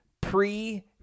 pre-